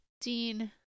Dean